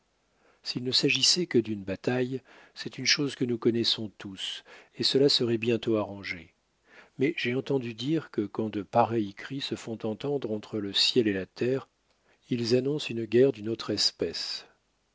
s'il ne s'agissait que d'une bataille c'est une chose que nous connaissons tous et cela serait bientôt arrangé mais j'ai entendu dire que quand de pareils cris se font entendre entre le ciel et la terre ils annoncent une guerre d'une autre espèce